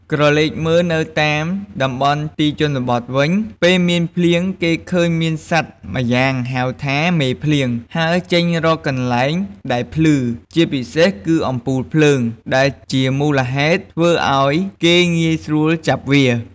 ក្រឡេកមើលនៅតាមតំបន់ទីជនបទវិញ ពេលមានភ្លៀងគេឃើញមានសត្វម្យ៉ាងហៅថា មេភ្លៀង ហើរចេញរកកន្លែងដែលភ្លឺ ជាពិសេសគឺអំពូលភ្លើង ដែលជាមូលហេតុធ្វើឱ្យគេងាយស្រួលចាប់វា។